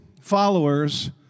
followers